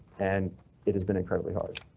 and it has been incredibly hard.